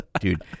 dude